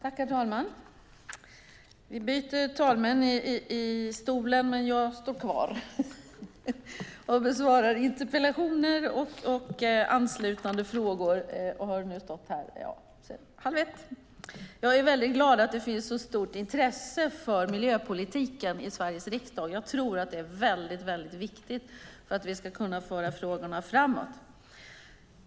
Herr talman! Vi byter talmän, men jag står kvar och besvarar interpellationer och anslutande frågor. Jag har nu stått här sedan halv ett. Jag är glad över att det finns så stort intresse för miljöpolitiken i Sveriges riksdag. Det är viktigt för att vi ska kunna föra de här frågorna framåt.